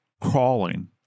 crawling